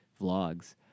vlogs